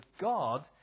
God